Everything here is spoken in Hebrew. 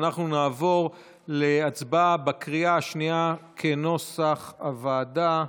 ואנחנו נעבור להצבעה בקריאה השנייה כנוסח הוועדה.